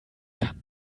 kann